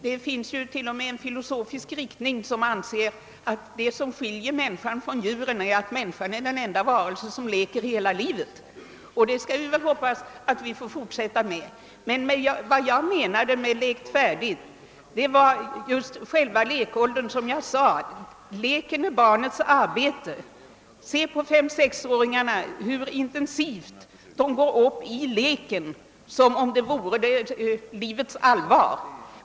Det finns till och med en filosofisk riktning som anser att vad som skiljer människan från djuren är att människan är den enda varelse som leker hela livet, och det skall vi hoppas att vi får fortsätta med. Mitt uttryck »lekt färdigt» syftade just på själva lekåldern. Leken är, som jag sade, barnets arbete. Se hur intensivt fem—sexåringarna går upp i leken som om den vore livets allvar!